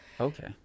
Okay